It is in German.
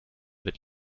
wird